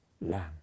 Lamb